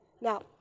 Now